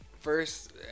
first